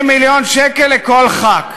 20 מיליון שקל לכל חבר כנסת.